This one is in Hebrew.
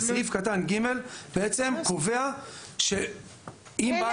וסעיף קטן (ג) בעצם קובע שאם בעל המועדון